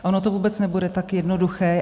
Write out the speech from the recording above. Ono to vůbec nebude tak jednoduché.